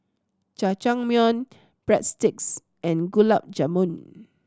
Jajangmyeon Breadsticks and Gulab Jamun